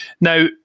Now